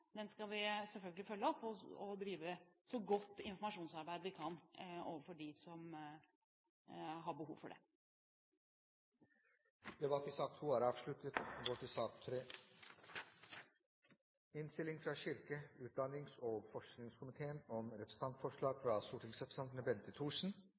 skal vi selvfølgelig følge opp, ved å drive så godt informasjonsarbeid vi kan overfor dem som har behov for det. Flere har ikke bedt om ordet til sak nr. 2. Etter ønske fra kirke-, utdannings- og forskningskomiteen